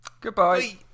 Goodbye